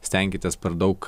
stenkitės per daug